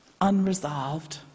unresolved